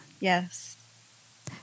Yes